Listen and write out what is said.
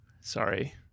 Sorry